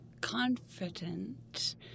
confident